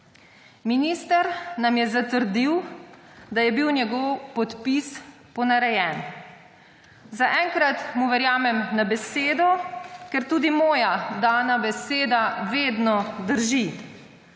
Minister nam je zatrdil, da je bil njegov podpis ponarejen. Zaenkrat mu verjamem na besedo, ker tudi moja dana beseda vedno drži.